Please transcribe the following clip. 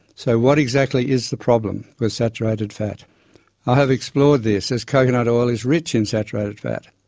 so, what exactly is the problem with saturated fat? i have explored this, as coconut oil is rich in saturated fat.